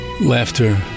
laughter